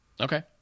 Okay